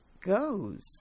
goes